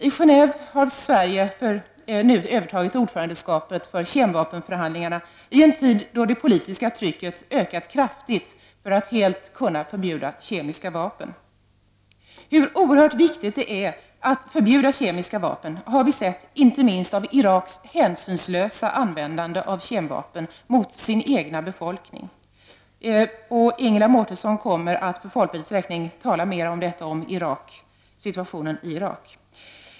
I Genåve har Sverige tagit över ordförandeskapet för förhandlingarna om kemiska vapen — och detta i en tid då det politiska trycket kraftigt har ökat när det gäller att helt förbjuda kemiska vapen. Hur oerhört viktigt det är att förbjuda kemiska vapen har inte minst Iraks hänsynslösa användande av sådana vapen mot den egna befolkningen visat. Ingela Mårtensson kommer senare i debatten att för folkpartiets räkning tala mera om situationen i Irak.